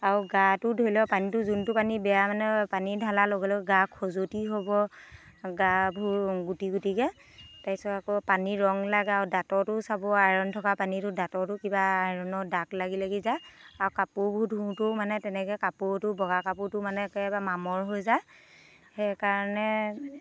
আৰু গাটো ধুলেও পানীটো যোনটো পানী বেয়া মানে পানী ঢালাৰ লগে লগে গা খুজুৱতি হ'ব গা ভোৰ গুটি গুটিকে তাৰপিছত আকৌ পানী ৰং লাগা আৰু দাঁততো চাব আয়ৰণ থকা পানীটো দাঁততো কিবা আয়ৰণৰ দাগ লাগি লাগি যায় আৰু কাপোৰবোৰ ধোওঁতেও মানে তেনেকে কাপোৰতো বগা কাপোৰতো মানে একেবাৰে মামৰ হৈ যায় সেইকাৰণে